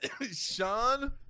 Sean